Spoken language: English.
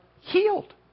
healed